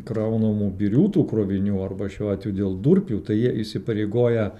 kraunamų birių tų krovinių arba šiuo atveju dėl durpių tai jie įsipareigoję